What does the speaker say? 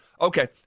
Okay